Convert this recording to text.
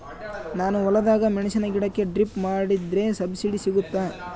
ನಾನು ಹೊಲದಾಗ ಮೆಣಸಿನ ಗಿಡಕ್ಕೆ ಡ್ರಿಪ್ ಮಾಡಿದ್ರೆ ಸಬ್ಸಿಡಿ ಸಿಗುತ್ತಾ?